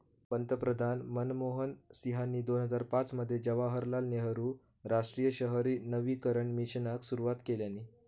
पंतप्रधान मनमोहन सिंहानी दोन हजार पाच मध्ये जवाहरलाल नेहरु राष्ट्रीय शहरी नवीकरण मिशनाक सुरवात केल्यानी